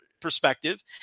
perspective